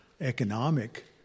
economic